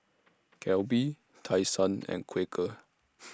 Calbee Tai Sun and Quaker